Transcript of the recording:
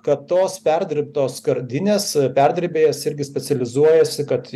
kad tos perdirbtos skardinės perdirbėjas irgi specializuojasi kad